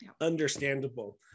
Understandable